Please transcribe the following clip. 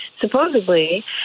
supposedly